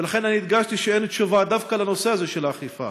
ולכן אני הדגשתי שאין תשובה דווקא לנושא הזה של האכיפה.